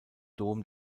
dom